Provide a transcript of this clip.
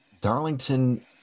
Darlington